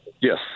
yes